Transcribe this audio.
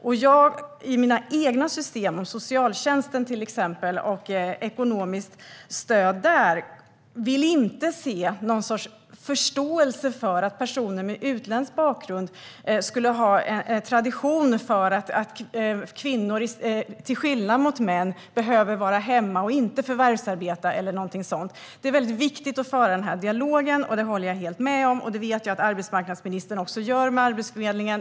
När det gäller mina egna system, till exempel ekonomiskt stöd inom socialtjänsten, vill jag inte se någon sorts förståelse för att tradition hos personer med utländsk bakgrund skulle innebära att kvinnor till skillnad mot män behöver vara hemma och inte förvärvsarbeta eller sådant. Jag håller helt med om att det är viktigt att föra den dialogen. Jag vet att arbetsmarknadsministern också gör det med Arbetsförmedlingen.